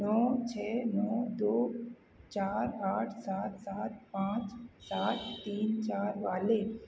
नौ छः नौ दो चार आठ सात सात पाँच सात तीन चार वाले